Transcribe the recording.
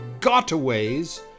gotaways